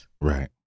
Right